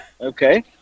Okay